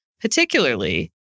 particularly